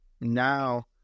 Now